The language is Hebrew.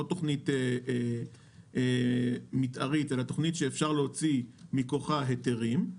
לא תוכנית מתארית אלא תוכנית שאפשר להוציא מכוחה היתרים,